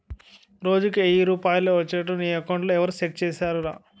రోజుకి ఎయ్యి రూపాయలే ఒచ్చేట్లు నీ అకౌంట్లో ఎవరూ సెట్ సేసిసేరురా